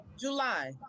July